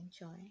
enjoy